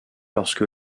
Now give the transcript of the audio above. lorsque